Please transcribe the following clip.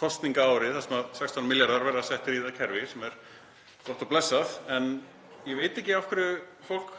kosningaári þar sem 16 milljarðar verða settir í þetta kerfi sem er gott og blessað, en ég veit ekki af hverju fólk